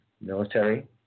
military